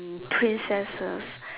princesses